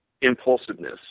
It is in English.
impulsiveness